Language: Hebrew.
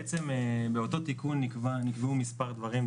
באותו תיקון נקבעו מספר דברים.